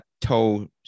toe